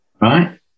right